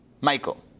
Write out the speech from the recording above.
Michael